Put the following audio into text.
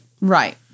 Right